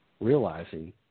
realizing